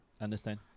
understand